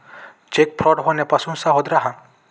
check fraud होण्यापासून सावध रहा